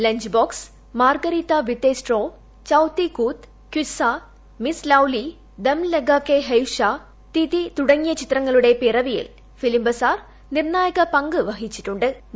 lunch box Margarita with a straw Chauthi Koot Qissa Miss Lovely Dum Laga Ke Haisha Thithi ചിത്രങ്ങളുടെ പിറവിയിൽ film bazaar നിർണായക പങ്കു വഹിച്ചിട്ടു്